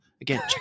Again